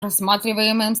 рассматриваемым